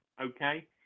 okay